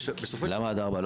למה עד 16:00?